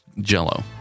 jello